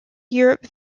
europe